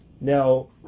Now